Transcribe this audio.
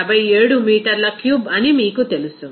57 మీటర్ల క్యూబ్ అని మీకు తెలుసు